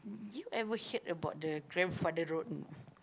you ever heard about the grandfather road or not